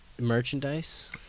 merchandise